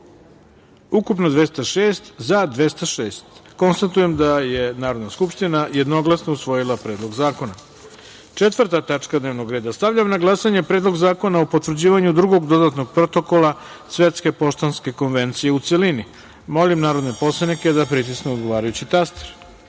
ukupno 206, za – 206.Konstatujem da je Narodna skupština jednoglasno usvojila Predlog zakona. Četvrta tačka dnevnog reda. Stavljam na glasanje Predlog zakona o potvrđivanju Drugog dodatnog protokola Svetske poštanske konvencije, u celini. Molim narodne poslanike da pritisnu odgovarajući